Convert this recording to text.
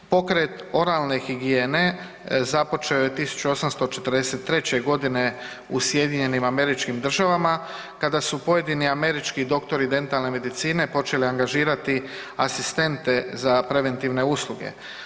Pokret oralne higijene započeo je 1843.g. u SAD-u kada su pojedini američki doktori dentalne medicine počeli angažirati asistente za preventivne usluge.